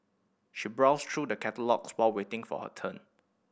she browsed through the catalogues while waiting for her turn